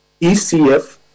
ECF